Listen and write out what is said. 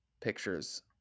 pictures